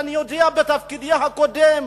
אני יודע מתפקידי הקודם,